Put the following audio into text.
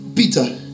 Peter